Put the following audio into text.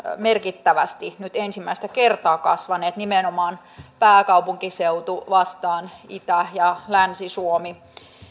nyt ensimmäistä kertaa kasvaneet merkittävästi nimenomaan pääkaupunkiseutu vastaan itä ja länsi suomi